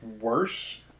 worse